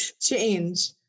change